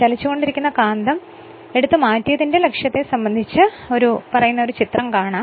ചലിച്ചുകൊണ്ടിരിക്കുന്ന കാന്തം എടുത്തുമാറ്റിയതിന്റെ ലക്ഷ്യത്തെ സംബന്ധിച്ച് പറയുന്ന ഒരു ചിത്രം ഇവിടെ കാണാം